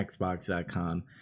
Xbox.com